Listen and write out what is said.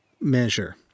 measure